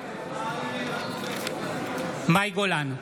מאי גולן,